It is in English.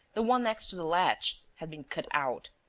the one next to the latch, had been cut out.